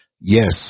Yes